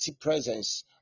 presence